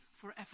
forever